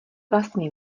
vlastně